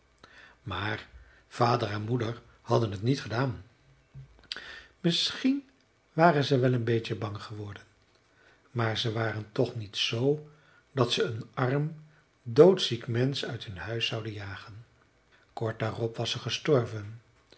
maar vader en moeder hadden t niet gedaan misschien waren ze wel een beetje bang geworden maar ze waren toch niet zoo dat ze een arm doodziek mensch uit hun huis zouden jagen kort daarop was ze gestorven